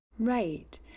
Right